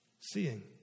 seeing